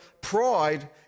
pride